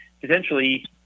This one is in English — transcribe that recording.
potentially